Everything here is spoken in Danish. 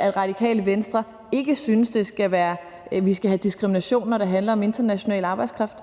at Radikale Venstre ikke synes, at vi skal have diskrimination, når det handler om international arbejdskraft.